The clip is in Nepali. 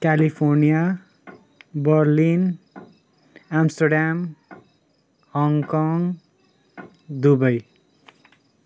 California Berlin Amsterdam Hong Kong Dubai